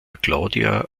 claudia